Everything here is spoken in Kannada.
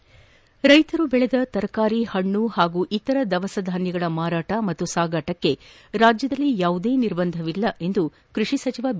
ರ್ನೆತರು ಬೆಳೆದ ತರಕಾರಿ ಹಣ್ಣು ಹಾಗು ಇತರ ದವಸಧಾನ್ಗಳ ಮಾರಾಟ ಮತ್ತು ಸಾಗಣೆಗೆ ರಾಜ್ನದಲ್ಲಿ ಯಾವುದೇ ನಿರ್ಬಂಧವಿಲ್ಲ ಎಂದು ಕೃಷಿ ಸಚಿವ ಬಿ